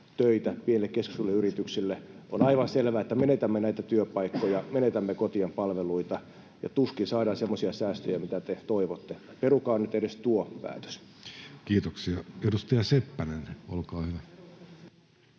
pienille ja keskisuurille yrityksille. On aivan selvä, että menetämme näitä työpaikkoja, menetämme kotien palveluita, ja tuskin saadaan semmoisia säästöjä, mitä te toivotte. Perukaa nyt edes tuo päätös. [Speech 177] Speaker: